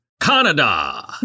Canada